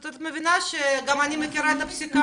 אז את מבינה שגם אני מכירה את הפסיקה?